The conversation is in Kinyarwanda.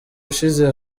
ushize